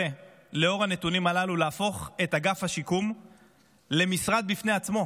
שלאור הנתונים האלה אולי שווה להפוך את אגף השיקום למשרד בפני עצמו,